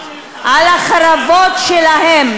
על החרבות שלהם.